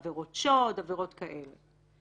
עבירות שוד ועבירות כאלה.